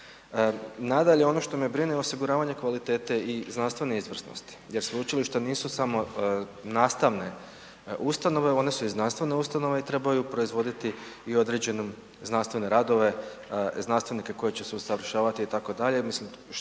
Nadalje, ono što me brine je osiguravanje kvalitete i znanstvene izvrsnosti jer sveučilišta nisu samo nastavne ustanove, one su i znanstvene ustanove i trebaju proizvoditi i određene znanstvene radove, znanstvenike koji će se usavršavati itd.,